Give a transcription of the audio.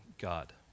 God